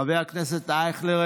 חבר הכנסת אייכלר,